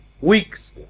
weeks